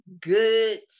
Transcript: good